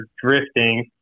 drifting